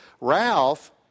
Ralph